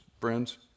friends